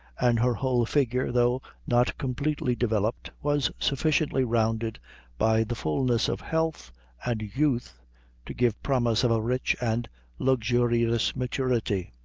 and her whole figure, though not completely developed, was sufficiently rounded by the fulness of health and youth to give promise of a rich and luxurious maturity.